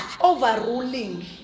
overruling